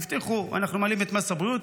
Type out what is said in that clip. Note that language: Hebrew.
הבטיחו, אנחנו מעלים את מס הבריאות,